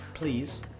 please